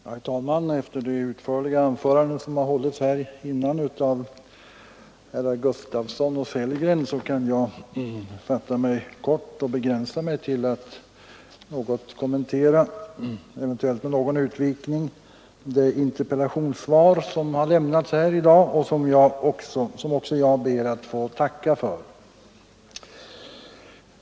Herr talman! Efter de utförliga anföranden som hållits här tidigare av herr Sven Gustafson i Göteborg och herr Sellgren kan jag fatta mig kort och begränsa mig till att kommentera — eventuellt med någon utvikning — det interpellationssvar som har lämnats i dag och som också jag ber att få tacka för.